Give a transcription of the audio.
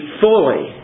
fully